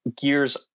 gears